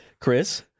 Chris